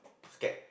scared